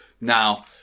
Now